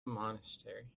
monastery